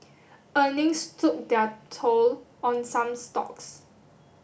earnings took their toll on some stocks